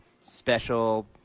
special